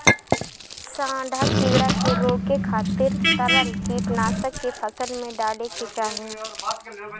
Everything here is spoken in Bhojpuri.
सांढा कीड़ा के रोके खातिर तरल कीटनाशक के फसल में डाले के चाही